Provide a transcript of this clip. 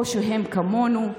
או שהם כמונו.